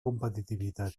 competitivitat